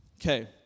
Okay